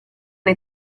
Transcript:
nei